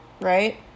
right